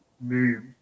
name